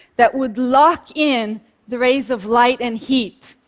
that would lock in the rays of light and heat,